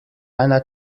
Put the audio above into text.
einer